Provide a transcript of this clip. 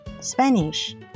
Spanish